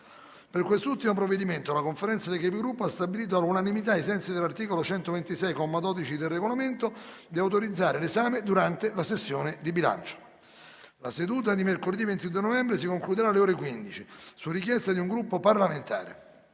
Per quest’ultimo procedimento la Conferenza dei Capigruppo ha stabilito, all’unanimità, ai sensi dell’articolo 126, comma 12, del Regolamento, di autorizzare l’esame durante la sessione di bilancio. La seduta di mercoledì 22 novembre si concluderà alle ore 15, su richiesta di un Gruppo parlamentare.